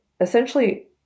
Essentially